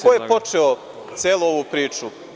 Ko je počeo celu ovu priču?